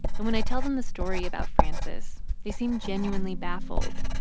and when i tell them the story about frances, they seem genuinely baffled,